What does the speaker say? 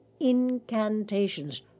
Incantations